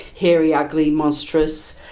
hairy, ugly, monstrous,